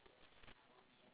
good good good good